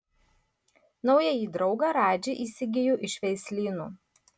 naująjį draugą radži įsigijo iš veislyno